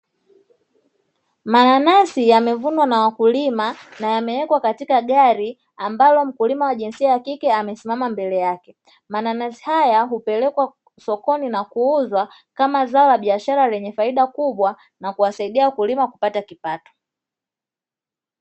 Mananasi yamevunwa na wakulima na yamewekwa katika gari ambalo mkulima wa jinsia ya kike amesimama mbele yake, mananasi haya hupelekwa sokoni na kuuzwa kama zao la biashara lenye faida kubwa na kuwasaidia wakulima kupata kipato.